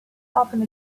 often